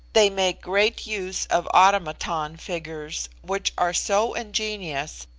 they make great use of automaton figures, which are so ingenious,